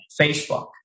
Facebook